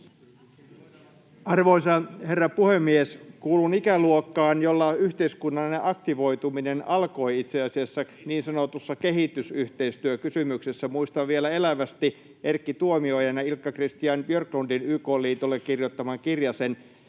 Arvoisa herra puhemies! Kuulun ikäluokkaan, jolla yhteiskunnallinen aktivoituminen alkoi itse asiassa niin sanotussa kehitysyhteistyökysymyksessä. Muistan vielä elävästi Erkki Tuomiojan ja Ilkka-Christian Björklundin YK-liitolle kirjoittaman kirjasen